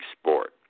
sport